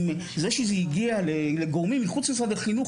עם זה שזה הגיע לגורמים מחוץ למשרד החינוך,